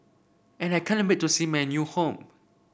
and I can't wait to see my new home